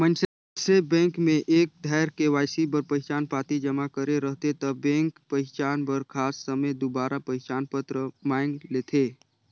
मइनसे बेंक में एक धाएर के.वाई.सी बर पहिचान पाती जमा करे रहथे ता बेंक पहिचान बर खास समें दुबारा पहिचान पत्र मांएग लेथे